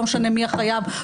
לא משנה מי החייב,